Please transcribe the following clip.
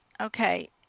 okay